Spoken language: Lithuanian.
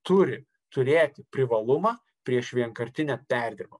turi turėti privalumą prieš vienkartinę perdirbamą